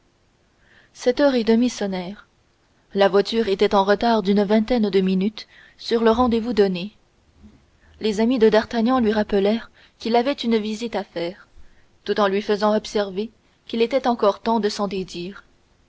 sept heures et demie sonnèrent la voiture était en retard d'une vingtaine de minutes sur le rendez-vous donné les amis de d'artagnan lui rappelèrent qu'il avait une visite à faire tout en lui faisant observer qu'il était encore temps de s'en dédire